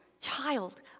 Child